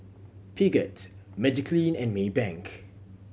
Peugeot Magiclean and Maybank